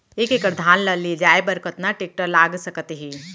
एक एकड़ धान ल ले जाये बर कतना टेकटर लाग सकत हे?